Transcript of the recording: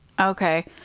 Okay